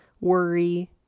worry